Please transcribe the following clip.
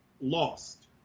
lost